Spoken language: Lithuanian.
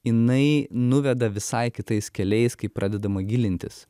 jinai nuveda visai kitais keliais kai pradedama gilintis